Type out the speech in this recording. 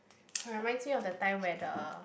hmm reminds me of the time where the